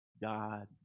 God